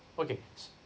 okay